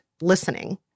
listening